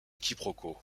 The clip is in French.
quiproquos